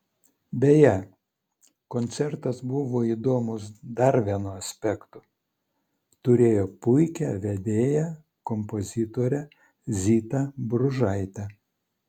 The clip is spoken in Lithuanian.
beje koncertas buvo įdomus dar vienu aspektu turėjo puikią vedėją kompozitorę zitą bružaitę